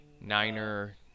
Niner